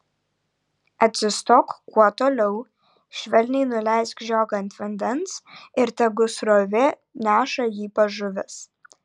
atsistok kuo toliau švelniai nuleisk žiogą ant vandens ir tegu srovė neša jį pas žuvis